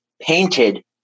painted